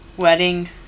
Wedding